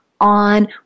on